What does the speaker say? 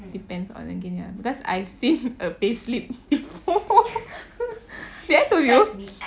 depends on again ya because I've seen a payslip before did I told you